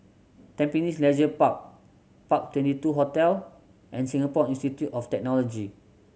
Tampines Leisure Park Park Twenty two Hotel and Singapore Institute of Technology